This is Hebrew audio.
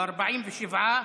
47,